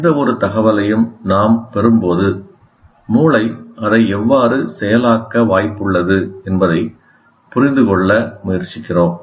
எந்தவொரு தகவலையும் நாம் பெறும்போது மூளை அதை எவ்வாறு செயலாக்க வாய்ப்புள்ளது என்பதைப் புரிந்துகொள்ள முயற்சிக்கிறோம்